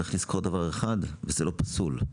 צריך לזכור דבר אחד, וזה לא פסול: